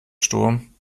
sturm